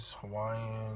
hawaiian